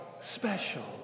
special